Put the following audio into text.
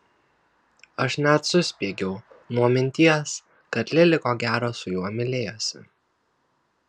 aš net suspiegiau nuo minties kad lili ko gero su juo mylėjosi